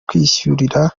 kwiyishyurira